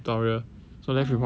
so left with one more lor